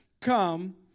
come